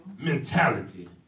mentality